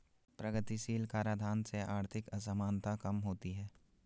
प्रगतिशील कराधान से आर्थिक असमानता कम होती है